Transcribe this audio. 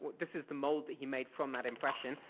this is the mold that he made from that impression,